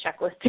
checklist